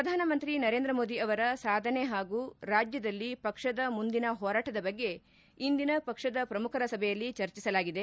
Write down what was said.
ಪ್ರಧಾನಮಂತ್ರಿ ನರೇಂದ್ರಮೋದಿ ಅವರ ಸಾಧನೆ ಹಾಗೂ ರಾಜ್ಯದಲ್ಲಿ ಪಕ್ಷದ ಮುಂದಿನ ಹೋರಾಟದ ಬಗ್ಗೆ ಇಂದಿನ ಪಕ್ಷದ ಪ್ರಮುಖರ ಸಭೆಯಲ್ಲಿ ಚರ್ಚಿಸಲಾಗಿದೆ